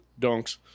dunks